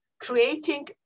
creating